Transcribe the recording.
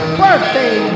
Birthday